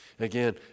Again